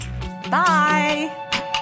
Bye